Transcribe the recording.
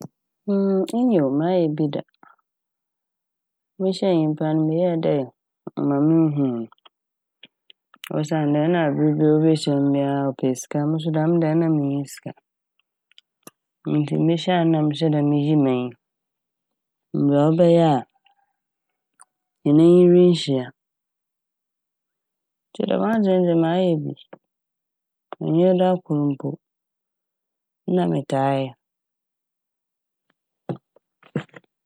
Nyew mayɛ bi da. Mihyia nyimpa no meyɛ dɛ ma munnhuu no osiandɛ na aber biara a obehyia m' no na ɔpɛ sika. Moso dɛm da no na minnyi sika a ntsi mihyia no na mehyɛɛ da miyi m'enyi mbrɛ ɔbɛyɛ a hɛn enyi rennhyia a. Ntsi dɛm adze n' ne de mayɛ bi nnyɛ da kor mpo na metaa yɛ.